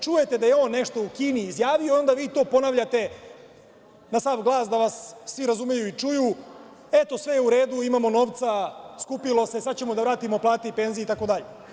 Čujete da je on nešto u Kini izjavio i onda vi to ponavljate na sav glas da vas svi razumeju i čuju – eto, sve je u redu, imamo novca, skupilo se, sada ćemo da vratimo plate i penzije itd.